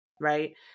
right